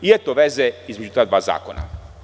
I eto veze između ta dva zakona.